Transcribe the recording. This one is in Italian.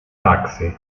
taxi